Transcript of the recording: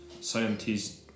scientists